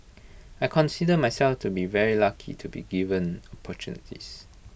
I consider myself to be very lucky to be given opportunities